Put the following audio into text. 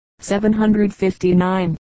759